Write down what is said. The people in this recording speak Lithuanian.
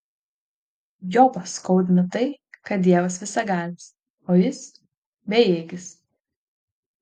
jobą skaudina tai kad dievas visagalis o jis bejėgis